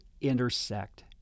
intersect